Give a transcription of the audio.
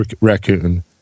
raccoon